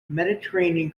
mediterranean